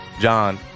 John